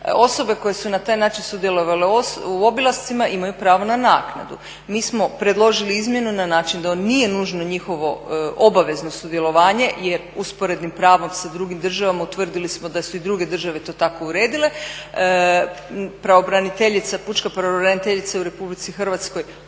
Osobe koje su na taj način sudjelovale u obilascima imaju pravo na naknadu. Mi smo predložili izmjenu na način da on nije nužno njihovo obavezno sudjelovanje jer usporednim pravom sa drugim državama utvrdili smo da su i druge države to tako uredile. Pučka pravobraniteljica u Republici Hrvatskoj